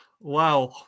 Wow